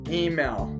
email